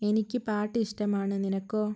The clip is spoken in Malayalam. എനിക്ക് പാട്ട് ഇഷ്ടമാണ് നിനക്കോ